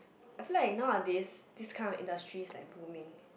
I feel like nowadays this kind of industries like booming